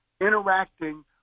interacting